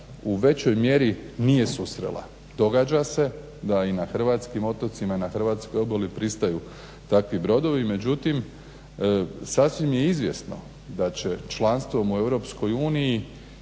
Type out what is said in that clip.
u većoj mjeri nije susrela. Događa se da i na hrvatskim otocima i na hrvatskoj obali pristaju takvih brodovi. Međutim sasvim je izvjesno da će članstvom u EU i